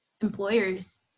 employers